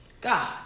God